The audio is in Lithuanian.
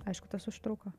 aišku tas užtruko